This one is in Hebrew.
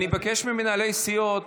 אני מבקש ממנהלי הסיעות